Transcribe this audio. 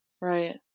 Right